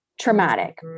traumatic